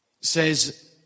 says